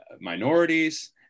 minorities